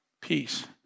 peace